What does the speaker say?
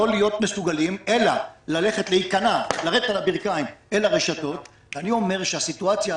להיות מסוגלים אלא לרדת על הברכיים ולהיכנע לרשתות.